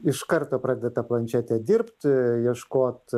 iš karto pradeda ta planšete dirbt ieškot